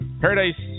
Paradise